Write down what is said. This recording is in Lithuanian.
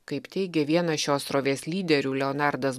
kaip teigia vienas šios srovės lyderių leonardas